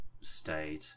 stayed